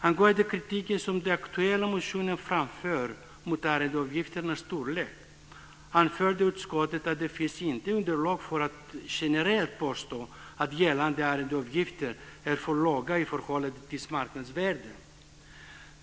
Angående den kritik som framförs i den aktuella motionen mot arrendeavgifternas storlek anförde utskottet att det inte finns underlag för att generellt påstå att gällande arrendeavgifter är för låga i förhållande till sitt marknadsvärde.